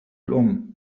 الأم